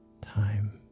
time